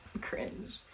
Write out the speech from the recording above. cringe